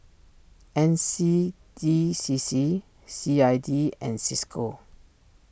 N C D C C C I D and Cisco